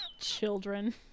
Children